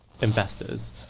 investors